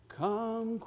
come